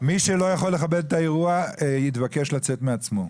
מי שלא יכול לכבד את האירוע, יתבקש לצאת בעצמו.